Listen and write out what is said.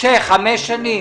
משה, חמש שנים.